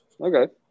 Okay